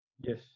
Yes